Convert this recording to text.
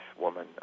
woman